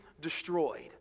destroyed